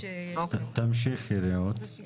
תמשיכי רעות.